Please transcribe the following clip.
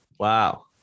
Wow